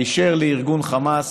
היישר לארגון חמאס,